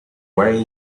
why